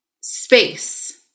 space